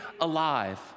alive